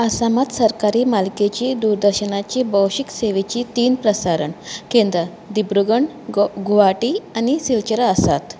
आसामांत सरकारी मालकेचीं दुरदर्शनाचीं भौशीक सेवेचीं तीन प्रसारण केंद्रां दिब्रुगड गुवाहाटी आनी सिलचरा आसात